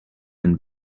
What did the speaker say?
and